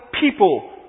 people